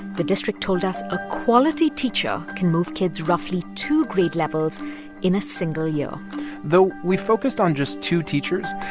the district told us a quality teacher can move kids roughly two grade levels in a single year though we focused on just two teachers,